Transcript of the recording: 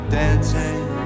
dancing